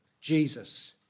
Jesus